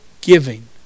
giving